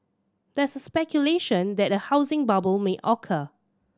there is speculation that a housing bubble may occur